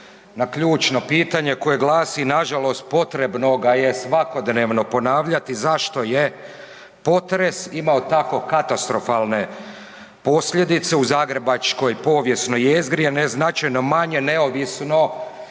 na ključno pitanje koje glasi, nažalost potrebnoga je svakodnevno ponavljati. Zašto je potres imao tako katastrofalne posljedice u zagrebačkoj povijesnoj jezgri, a ne značajno manje neovisno